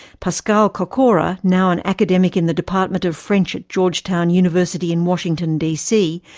pascal kokora, now an academic in the department of french at georgetown university in washington d. c,